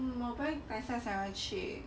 我本来等一下想要去